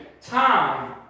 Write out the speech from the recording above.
time